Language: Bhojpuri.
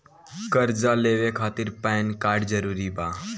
कर्जा लेवे खातिर पैन कार्ड जरूरी बा?